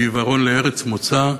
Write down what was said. עיוורון לארץ מוצא,